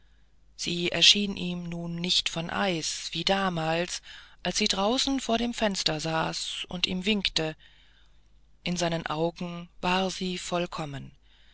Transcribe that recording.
sie erschien ihm nun nicht von eis wie damals als sie draußen vor dem fenster saß und ihm winkte in seinen augen war sie vollkommen